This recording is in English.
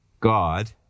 God